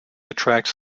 attracts